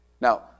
Now